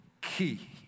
key